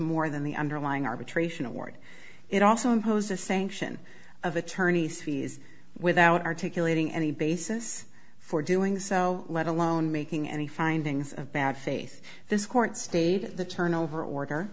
more than the underlying arbitration award it also imposes sanction of attorney's fees without articulating any basis for doing so let alone making any findings of bad faith this court stated the turnover order